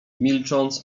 milcząc